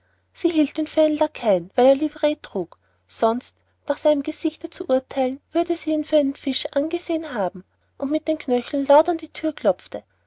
sie hielt ihn für einen lackeien weil er livree trug sonst nach seinem gesichte zu urtheilen würde sie ihn für einen fisch angesehen haben und mit den knöcheln laut an die thür klopfte